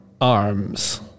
arms